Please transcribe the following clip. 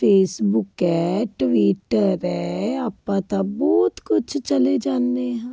Facebook ਹੈ Twitter ਹੈ ਆਪਾਂ ਤਾਂ ਬਹੁਤ ਕੁਛ ਚਲੇ ਜਾਂਦੇ ਹਾਂ